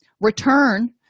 return